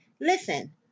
Listen